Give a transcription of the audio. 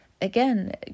again